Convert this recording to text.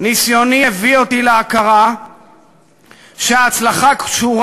"ניסיוני הביא אותי להכרה שההצלחה קשורה